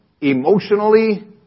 emotionally